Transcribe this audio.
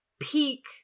Peak